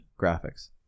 graphics